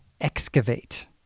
excavate